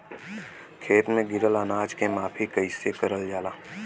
खेत में गिरल अनाज के माफ़ी कईसे करल जाला?